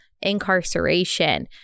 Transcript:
incarceration